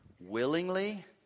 willingly